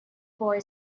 boy